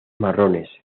marrones